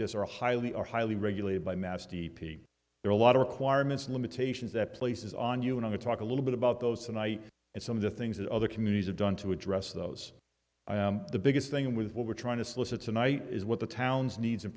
this are highly are highly regulated by mass d p there are a lot of requirements limitations that places on you and i talk a little bit about those and i and some of the things that other communities have done to address those the biggest thing with what we're trying to solicit tonight is what the town's needs and